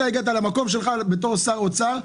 אתה הגעת למקום שלך בתור שר אוצר,